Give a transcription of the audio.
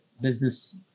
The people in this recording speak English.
business